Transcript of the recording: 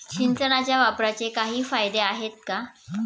सिंचनाच्या वापराचे काही फायदे आहेत का?